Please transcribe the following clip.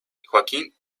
joaquín